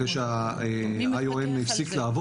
אחרי שה-IOM הפסיק לעבוד